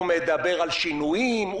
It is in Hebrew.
הוא מדבר על שינויים,